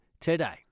today